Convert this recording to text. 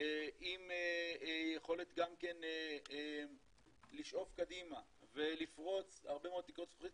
עם יכולת לשאוף קדימה ולפרוץ הרבה מאוד תקרות זכוכית,